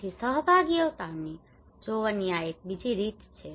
તેથી સહભાગિતાઓની જોવાની આ બીજી રીત છે